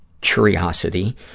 curiosity